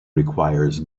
requires